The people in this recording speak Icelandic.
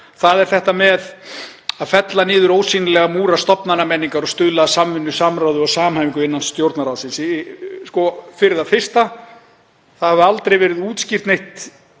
það er þetta með að fella niður ósýnilega múra stofnanamenningar og stuðla að samvinnu, samráði og samhæfingu innan Stjórnarráðsins. Fyrir það fyrsta hefur það aldrei verið útskýrt neitt